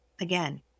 again